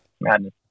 madness